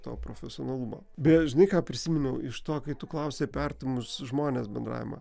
to profesionalumo beje žinai ką prisiminiau iš to kai tu klausei apie artimus žmones bendravimą